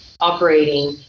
operating